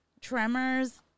Tremors